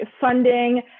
funding